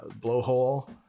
blowhole